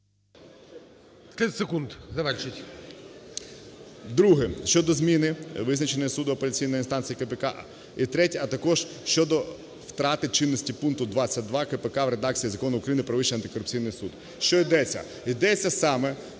Друге: щодо зміни визначення суду апеляційної інстанції КПК. І третє. А також щодо втрати чинності пункту 22 КПК в редакції Закону України "Про Вищий антикорупційний суд". Що йдеться. Йдеться саме